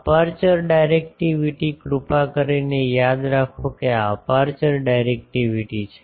aperture directivity કૃપા કરીને યાદ રાખો કે આ અપેર્ચર ડાયરેક્ટિવિટી છે